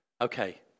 Okay